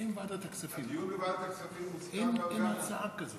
הדיון בוועדת הכספים מוסכם גם ככה.